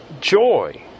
joy